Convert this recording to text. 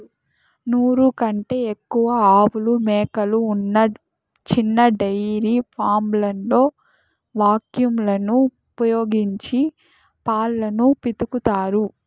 నూరు కంటే ఎక్కువ ఆవులు, మేకలు ఉన్న చిన్న డెయిరీ ఫామ్లలో వాక్యూమ్ లను ఉపయోగించి పాలను పితుకుతారు